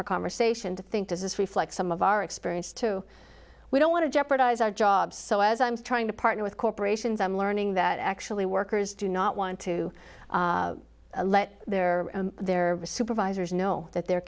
for conversation to think does this reflect some of our experience too we don't want to jeopardize our jobs so as i'm trying to partner with corporations i'm learning that actually workers do not want to let their their supervisors know that they're